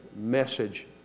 message